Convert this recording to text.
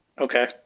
Okay